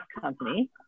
company